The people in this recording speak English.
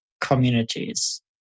communities